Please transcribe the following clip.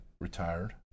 retired